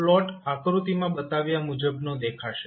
plot આકૃતિમાં બતાવ્યા મુજબનો દેખાશે